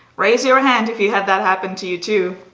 raise your hand if you had that happened to you too.